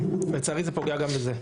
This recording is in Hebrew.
לצערי זה פוגע גם בזה.